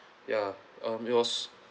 ya um yours